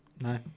No